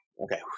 okay